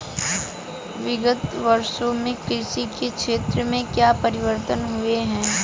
विगत वर्षों में कृषि के क्षेत्र में क्या परिवर्तन हुए हैं?